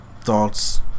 thoughts